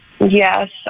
Yes